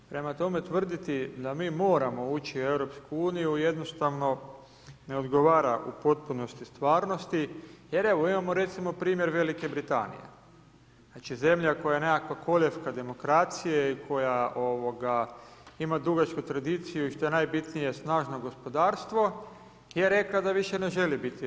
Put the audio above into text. Prema tome, tvrditi da mi moramo ući u EU jednostavno ne odgovara u potpunosti stvarnosti jer evo imamo recimo primjer Velike Britanije, znači zemlja koja je nekakva kolijevka demokracije koja ima dugačku tradiciju i što je najbitnije snažno gospodarstvo je rekla da više ne želi biti u EU.